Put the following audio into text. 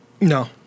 No